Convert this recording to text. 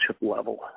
level